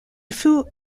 fut